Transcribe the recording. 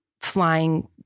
flying